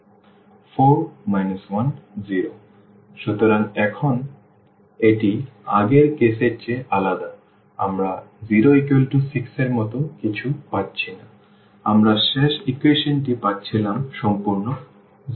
4 1 0 সুতরাং এখন এটি আগের কেসের চেয়ে আলাদা আমরা 0 6 এর মতো কিছু পাচ্ছি না আমরা শেষ ইকুয়েশনটি পাচ্ছিলাম সম্পূর্ণ 0